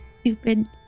stupid